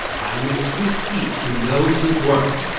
i am a sweet peach who knows his worth.